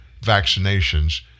vaccinations